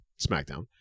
SmackDown